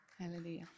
Hallelujah